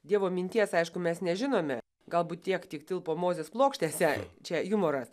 dievo minties aišku mes nežinome galbūt tiek tik tilpo mozės plokštėse čia jumoras